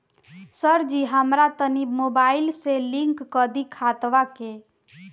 सरजी हमरा तनी मोबाइल से लिंक कदी खतबा के